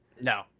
No